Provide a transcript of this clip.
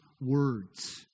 words